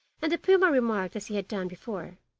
and the puma remarked as he had done before